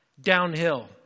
Downhill